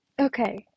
okay